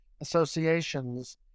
associations